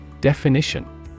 Definition